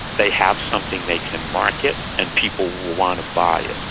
they have something they can market and people will want to buy it.